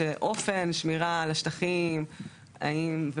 אני חושבת שאופן השמירה על השטחים ומה